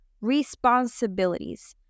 responsibilities